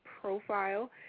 profile